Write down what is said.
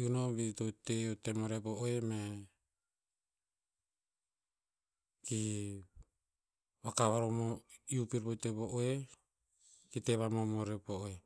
iu bi to te tem o re po oeh, mea ki, vakavar o mo, iu pir pa te po oeh. Ki te vamomor rer po oeh.